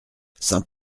saint